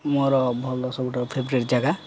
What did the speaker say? ମୋର ଭଲ ସବୁଠାରୁ ଫେଭରେଟ୍ ଜାଗା